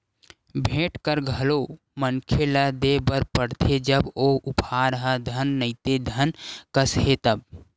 भेंट कर घलो मनखे ल देय बर परथे जब ओ उपहार ह धन नइते धन कस हे तब